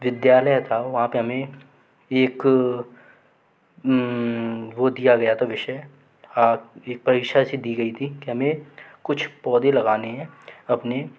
विद्यालय था वहाँ पर हमें एक वो दिया गया था विषय एक परीक्षा सी दी गई थी कि हमें कुछ पौधे लगाने हैं अपने